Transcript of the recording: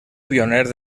pioner